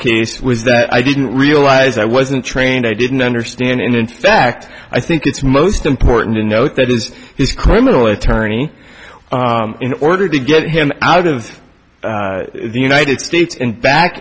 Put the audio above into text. case was that i didn't realize i wasn't trained i didn't understand and in fact i think it's most important to note that is his criminal attorney in order to get him out of the united states and back